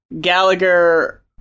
Gallagher